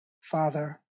Father